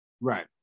Right